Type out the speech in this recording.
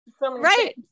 right